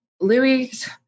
Louis